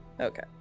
Okay